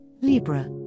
Libra